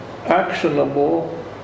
actionable